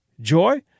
Joy